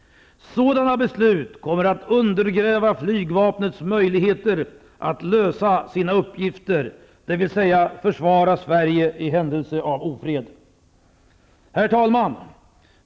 Sådana beslut kommer att undergräva flygvapnets möjligheter att lösa sina uppgifter, dvs. försvara Herr talman!